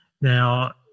Now